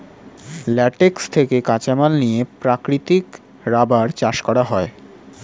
latex থেকে কাঁচামাল নিয়ে প্রাকৃতিক রাবার চাষ করা হয়